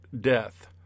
death